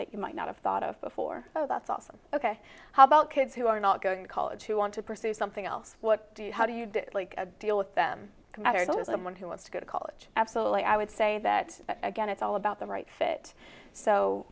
that you might not have thought of before so that's awesome ok how about kids who are not going to college who want to pursue something else what do you how do you do a deal with them compare those i'm one who wants to go to college absolutely i would say that again it's all about the right fit so